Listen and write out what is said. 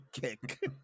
kick